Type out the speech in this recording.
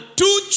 two